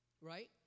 right